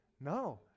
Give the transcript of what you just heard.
No